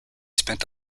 spent